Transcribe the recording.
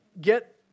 get